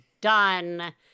done